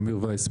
אמיר וייס,